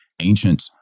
ancient